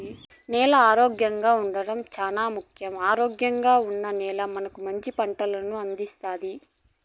నేల ఆరోగ్యంగా ఉండడం చానా ముఖ్యం, ఆరోగ్యంగా ఉన్న నేల మనకు మంచి పంటలను అందిస్తాది